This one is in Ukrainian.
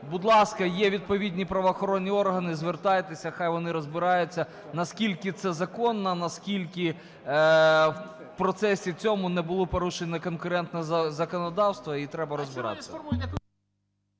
будь ласка, є відповідні правоохоронні органи, звертайтеся, нехай вони розбираються, наскільки це законно, наскільки в процесі цьому не було порушено конкретно законодавство, і треба розбиратися.